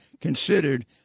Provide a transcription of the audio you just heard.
considered